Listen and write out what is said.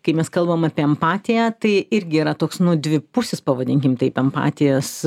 kai mes kalbam apie empatiją tai irgi yra toks nu dvipusis pavadinkim taip empatijos